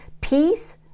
peace